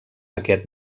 aquest